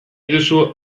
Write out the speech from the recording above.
duzu